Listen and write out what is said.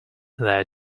there